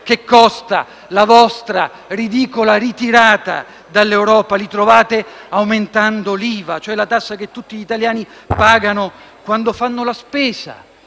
che costa la vostra ridicola ritirata dall'Europa li trovate aumentando l'IVA, cioè la tassa che tutti gli italiani pagano quando fanno la spesa